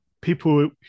people